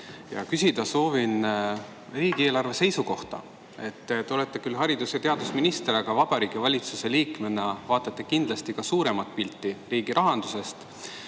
ja küsida soovin riigieelarve seisu kohta. Te olete küll haridus- ja teadusminister, aga Vabariigi Valitsuse liikmena vaatate kindlasti ka suuremat pilti riigi rahandusest.